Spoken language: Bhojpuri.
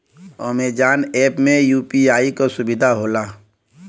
अमेजॉन ऐप में यू.पी.आई क सुविधा होला